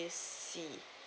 see